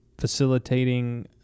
facilitating